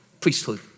priesthood